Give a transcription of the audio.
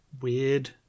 weird